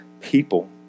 people